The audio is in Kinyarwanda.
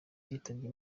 yitabye